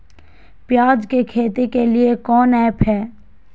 प्याज के खेती के लिए कौन ऐप हाय?